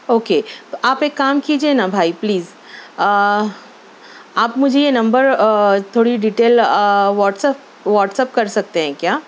okay تو آپ ایک کام کیجئے نا بھائی پلیز آپ مجھے یہ نمبر تھوڑی ڈیٹیئل واٹسایپ واٹسایپ کر سکتے ہیں کیا